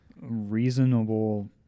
reasonable